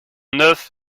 neuf